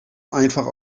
einfach